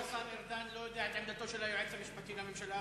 שהשר ארדן לא יודע את עמדתו של היועץ המשפטי לממשלה,